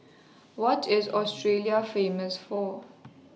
What IS Australia Famous For